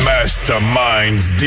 Masterminds